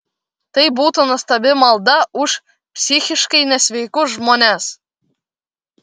tai būtų nuostabi malda už psichiškai nesveikus žmones